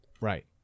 Right